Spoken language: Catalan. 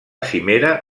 cimera